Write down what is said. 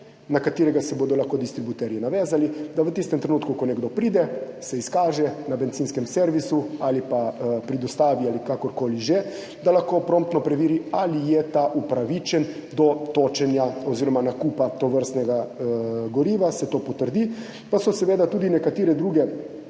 na katerega se bodo lahko distributerji navezali, da v tistem trenutku, ko nekdo pride, se izkaže na bencinskem servisu ali pa pri dostavi ali kakorkoli že, da lahko promptno preveri, ali je ta upravičen do točenja oziroma nakupa tovrstnega goriva, in se to potrdi. So pa seveda tudi nekatere druge